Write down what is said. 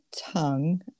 tongue